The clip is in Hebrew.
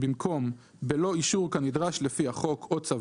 במקום "בלא אישור כנדרש לפי החוק או צו